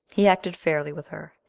he acted fairly with her,